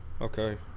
Okay